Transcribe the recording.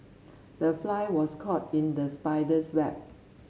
the fly was caught in the spider's web